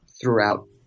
throughout